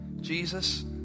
Jesus